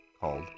called